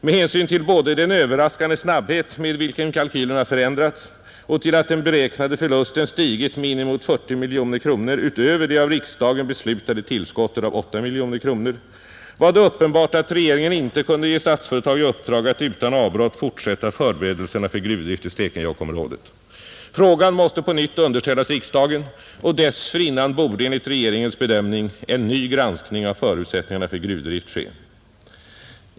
Med hänsyn både till den överraskande snabbhet med vilken kalkylerna förändrats och till att den beräknade förlusten stigit med inemot 40 miljoner kronor utöver det av riksdagen beslutade tillskottet på 8 miljoner kronor var det uppenbart att regeringen inte kunde ge Statsföretag i uppdrag att utan avbrott fortsätta förberedelserna för gruvdrift i Stekenjokkområdet. Frågan måste på nytt underställas riksdagen, och dessförinnan borde enligt regeringens bedömning en ny granskning av förutsättningarna för gruvdrift ske.